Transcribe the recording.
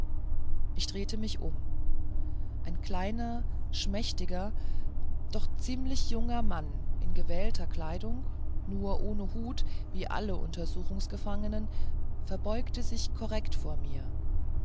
ich drehte mich um ein kleiner schmächtiger noch ziemlich junger mann in gewählter kleidung nur ohne hut wie alle untersuchungsgefangenen verbeugte sich korrekt vor mir